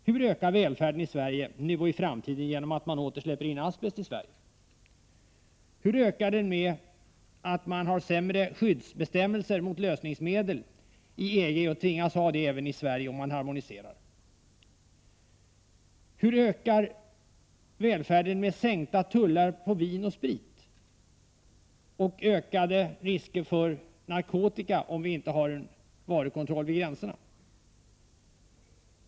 Hur ökar välfärden i Sverige nu och i framtiden genom att man åter släpper in asbest i Sverige? Hur ökar den med att man har sämre skyddsbestämmelser mot lösningsmedel i EG och tvingas införa det även i Sverige om vi harmoniserar? Hur ökar välfärden med sänkta tullar på vin och sprit och ökade risker för införsel av narkotika om vi inte har varukontroll vid gränserna?